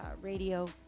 Radio